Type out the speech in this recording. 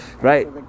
Right